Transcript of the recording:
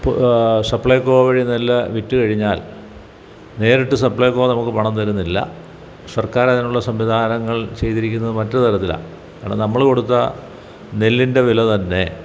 ഇപ്പോൾ സപ്ലൈക്കോ വഴി നെല്ല് വിറ്റ് കഴിഞ്ഞാൽ നേരിട്ട് സപ്ലൈക്കോ നമുക്ക് പണം തരുന്നില്ല സർക്കാരതിനുള്ള സംവിധാനങ്ങൾ ചെയ്തിരിക്കുന്നത് മറ്റൊരു തരത്തിലാണ് അവിടെ നമ്മൾ കൊടുത്ത നെല്ലിൻ്റെ വില തന്നെ